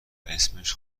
اسمش